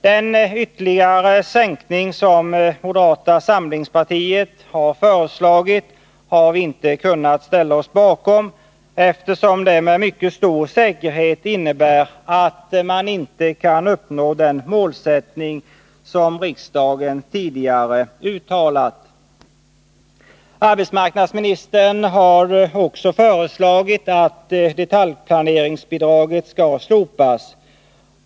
Den ytterligare sänkning som moderata samlingspartiet har föreslagit har vi inte kunnat ställa oss bakom, eftersom det med mycket stor säkerhet skulle innebära att det inte går att uppnå det mål som riksdagen tidigare har uppsatt. Arbetsmarknadsministern har också föreslagit att detaljplaneringsbidraget skall slopas.